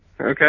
Okay